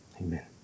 Amen